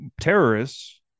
terrorists